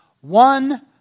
One